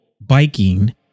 biking